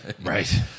Right